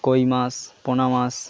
কই মাছ পোনা মাছ